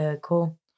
Cool